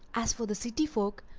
as for the city folk,